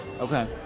Okay